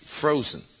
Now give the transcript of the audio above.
frozen